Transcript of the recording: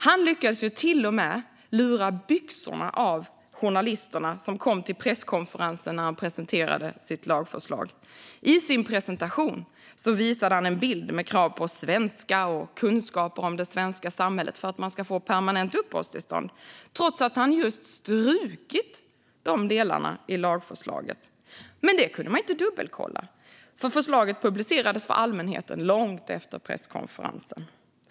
Han lyckades till och med lura byxorna av journalisterna som kom till presskonferensen när han presenterade sitt lagförslag. I sin presentation visade han en bild med krav på svenska och kunskaper om det svenska samhället för att människor ska få permanent uppehållstillstånd, trots att han just strukit dessa delar i lagförslaget. Men det kunde man inte dubbelkolla, för förslaget publicerades för allmänheten långt efter presskonferensen.